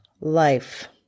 life